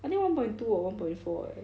I think one point two or one point four eh